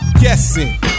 guessing